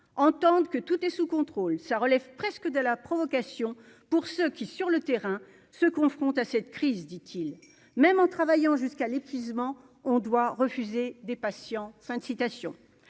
entendent que tout est sous contrôle ça relève presque de la provocation pour ceux qui, sur le terrain se confronte à cette crise, dit-il, même en travaillant jusqu'à l'épuisement, on doit refuser des patients,